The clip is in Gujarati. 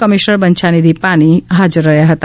કમિશનર બંછાનિધી પાની હાજર રહ્યા હતા